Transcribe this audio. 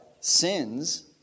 sins